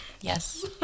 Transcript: Yes